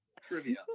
trivia